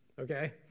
okay